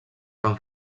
tan